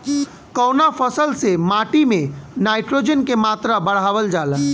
कवना फसल से माटी में नाइट्रोजन के मात्रा बढ़ावल जाला?